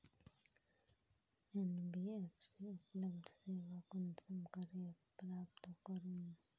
NBFC उपलब्ध सेवा कुंसम करे प्राप्त करूम?